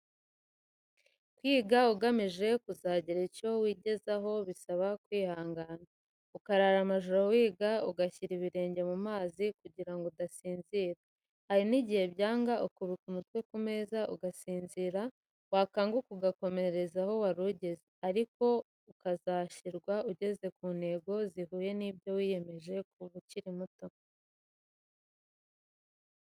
Kwiga ugamije kuzagira icyo ugeraho bisaba kwihangana, ukarara amajoro wiga, ugashyira ibirenge mu mazi kugirango udasinzira, hari n'igihe byanga ukubika umutwe ku meza ugasinzira, wakanguka ugakomereza aho wari ugeze, ariko ukazashirwa ugeze ku ntego zihuye n'ibyo wiyemeje, kuva ukiri muto.